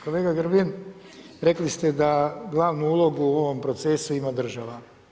Kolega Grbin, rekli ste da glavnu ulogu u ovom procesu ima država.